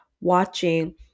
watching